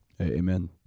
Amen